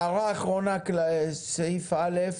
הערה אחרונה על סעיף א',